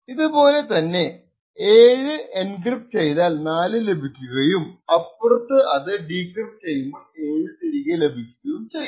ഇതുപോലെ ത്തന്നെ 7 എൻക്രിപ്ട് ചെയ്താൽ 4 ലഭിക്കുകയുംഅപ്പുറത്തു അത് ഡീക്രിപ്ട് ചെയ്യുമ്പോൾ 7 തിരികെ ലഭിക്കുകയും ചെയ്യുന്നു